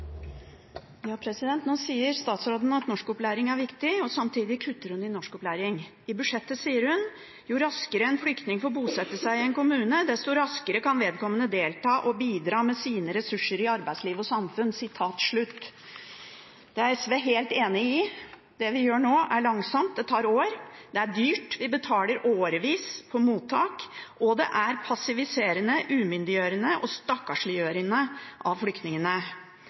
viktig, og samtidig kutter hun i norskopplæring. Til budsjettet sier hun at jo raskere en flyktning får bosette seg i en kommune, desto raskere kan vedkommende delta og bidra med sine ressurser i arbeidsliv og samfunn. Dette er SV helt enig i. Det vi gjør nå, går langsomt, det tar år. Det er dyrt, vi betaler årevis for folk på mottak. Det er passiviserende, og det er en umyndiggjøring og en stakkarsliggjøring av flyktningene.